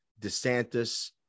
DeSantis